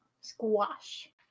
Squash